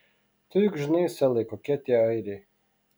tu juk žinai selai kokie tie airiai